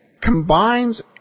Combines